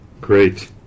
Great